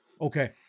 Okay